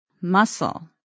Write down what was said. Muscle